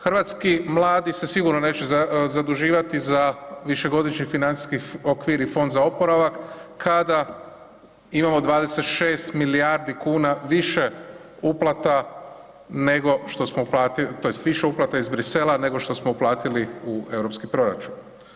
Hrvatski mladi se sigurno neće zaduživati za višegodišnji financijski okvir i Fond za oporavak kada imamo 26 milijardi kuna više uplata nego što smo uplatili tj. više uplata iz Brisela nego što smo uplatili u europski proračun.